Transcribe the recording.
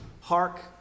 Hark